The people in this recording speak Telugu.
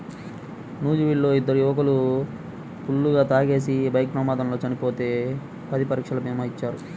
నూజివీడులో ఇద్దరు యువకులు ఫుల్లుగా తాగేసి బైక్ ప్రమాదంలో చనిపోతే పది లక్షల భీమా ఇచ్చారు